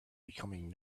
becoming